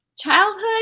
Childhood